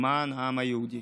למען העם היהודי.